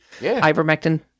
ivermectin